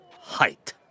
height